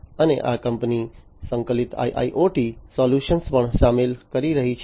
અને આ કંપની સંકલિત IIoT સોલ્યુશન્સ પણ સામેલ કરી રહી છે